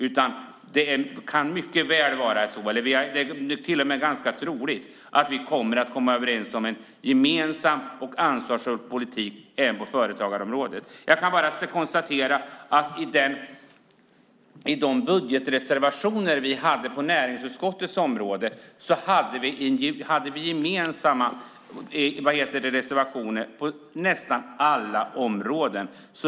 Det kan mycket väl vara så, och det är till och med ganska troligt, att vi kommer att komma överens om en gemensam och ansvarsfull politik även på företagarområdet. Jag kan bara konstatera att vi i de budgetreservationer som vi hade på näringsutskottets område hade gemensamma reservationer på nästan alla områden.